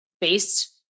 based